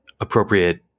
appropriate